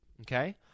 Okay